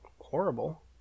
horrible